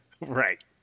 Right